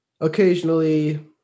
occasionally